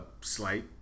slight